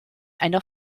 einer